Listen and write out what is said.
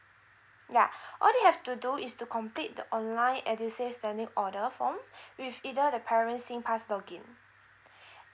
ya all they have to do is to complete the online edusave standing order form with either the parent's singpass login